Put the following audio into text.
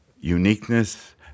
uniqueness